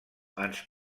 ens